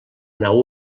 nau